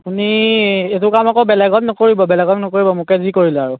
আপুনি এইটো কাম আকৌ বেলেগক নকৰিব বেলেগক নকৰিব মোকে যি কৰিলে আৰু